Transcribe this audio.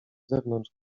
zewnątrz